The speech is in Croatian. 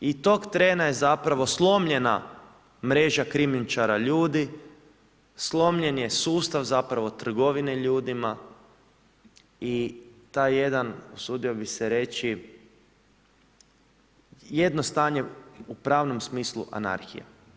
I tog trena je zapravo slomljena mreža krijumčara ljudi, slomljen je sustav zapravo trgovine ljudima i taj jedan, usudio bih se reći, jedno stanje u pravnom smislu anarhija.